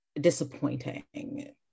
disappointing